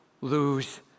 lose